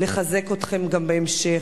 לחזק אתכם גם בהמשך.